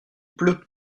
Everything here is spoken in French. pleut